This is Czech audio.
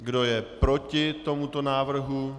Kdo je proti tomuto návrhu?